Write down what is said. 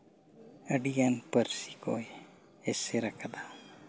ᱟᱹᱰᱤᱜᱟᱱ ᱯᱟᱹᱨᱥᱤ ᱠᱚᱭ ᱮᱥᱮᱨ ᱟᱠᱟᱫᱟ